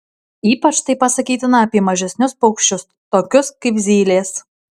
ypač tai pasakytina apie mažesnius paukščius tokius kaip zylės